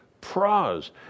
pros